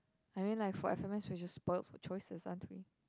I mean like for F_M_S we are just spoilt for choices aren't we